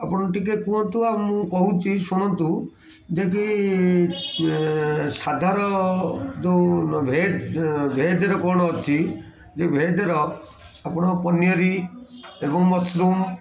ଆପଣ ଟିକେ କୁହନ୍ତୁ ଆଉ ମୁଁ କହୁଛି ଶୁଣନ୍ତୁ ଯେ କି ଯେଉଁ ଭେଜ୍ ଭେଜ୍ର କ'ଣ ଅଛି ଯେ ଭେଜ୍ର ଆପଣ ପନିରୀ ଏବଂ ମସରୁମ୍